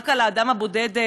רק על האדם הבודד,